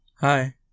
Hi